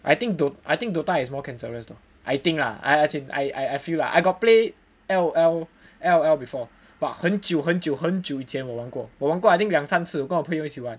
I think I think DOTA is more cancerous lor I think lah as in I I feel like I got play L_O_L L_O_L before but 很久很久很久以前我跟我朋友一起玩